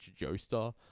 Joestar